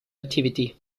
activity